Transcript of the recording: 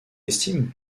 estime